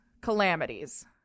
calamities